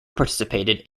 participated